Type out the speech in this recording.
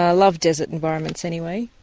ah love desert environments anyway.